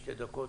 שתי דקות,